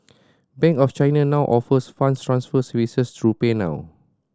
Bank of China now offers funds transfer services through PayNow